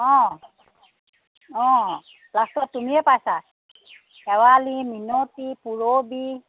অঁ অঁ লাষ্টত তুমিয়ে পাইছা শেৱালি মিনতি পুৰবী